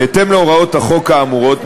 בהתאם להוראות החוק האמורות,